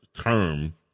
term